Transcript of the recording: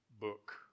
book